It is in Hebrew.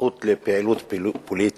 הזכות לפעילות פוליטית,